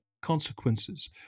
consequences